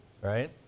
right